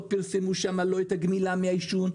לא פרסמו שם לא גמילה מעישון,